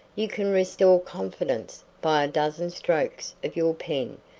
you can restore confidence by a dozen strokes of your pen,